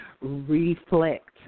reflect